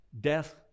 Death